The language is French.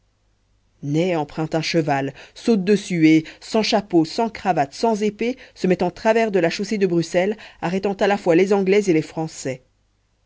ney emprunte un cheval saute dessus et sans chapeau sans cravate sans épée se met en travers de la chaussée de bruxelles arrêtant à la fois les anglais et les français